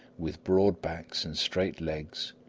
with broad backs and straight legs,